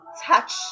touch